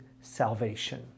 salvation